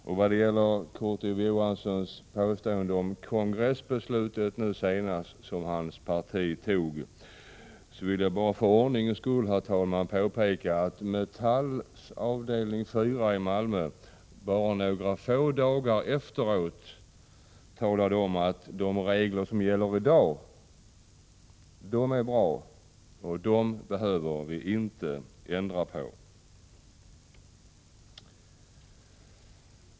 När det gäller Kurt Ove Johanssons påstående om beslutet på den senaste socialdemokratiska partikongressen vill jag för ordningens skull påpeka att Metalls avdelning 4 i Malmö bara några få dagar efteråt talade om att de regler som gällde var bra och inte behövde ändras.